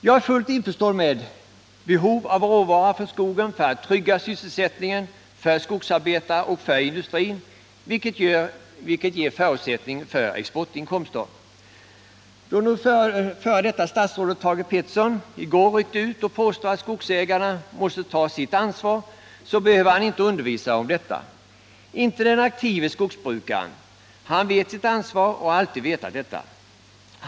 Jag är fullt införstådd med behovet av råvara från skogen för att trygga sysselsättningen för skogsarbetarna och industrin, vilket ger förutsättningarna för exportinkomster. Då nu f. d. statsrådet Thage Peterson rycker ut och påstår att skogsägarna måste ta sitt ansvar, behöver han inte undervisa om detta —- inte den aktive skogsbrukaren som vet sitt ansvar och alltid har vetat detta.